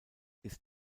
ist